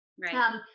Right